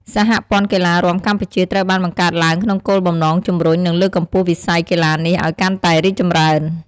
សហព័ន្ធកីឡារាំកម្ពុជាត្រូវបានបង្កើតឡើងក្នុងគោលបំណងជំរុញ និងលើកកម្ពស់វិស័យកីឡានេះឲ្យកាន់តែរីកចម្រើន។